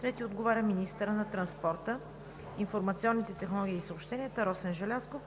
Танев. 3. Министърът на транспорта, информационните технологии и съобщенията Росен Желязков